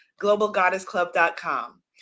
GlobalGoddessClub.com